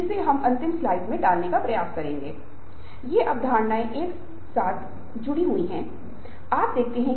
तो व्यक्ति यदि वह महसूस करता है पदोन्नति मिलने से मुझे निकाल दिया जाएगा मैं लक्ष्य पूरा नहीं कर पाऊंगा तो उसके लिए एक नकारात्मक भाव है